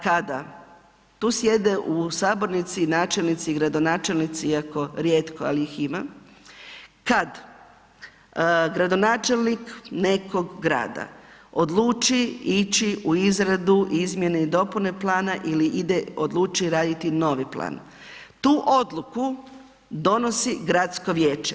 Kada tu sjede u sabornici načelnici i gradonačelnici, iako rijetko, ali ih ima, kad gradonačelnik nekog grada odluči ići u izradu, izmjene i dopune plana ili ide, odluči raditi novi plan, tu odluku donosi gradsko vijeće.